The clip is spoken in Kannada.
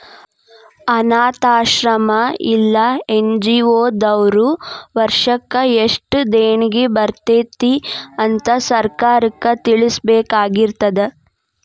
ಅನ್ನಾಥಾಶ್ರಮ್ಮಾ ಇಲ್ಲಾ ಎನ್.ಜಿ.ಒ ದವ್ರು ವರ್ಷಕ್ ಯೆಸ್ಟ್ ದೇಣಿಗಿ ಬರ್ತೇತಿ ಅಂತ್ ಸರ್ಕಾರಕ್ಕ್ ತಿಳ್ಸಬೇಕಾಗಿರ್ತದ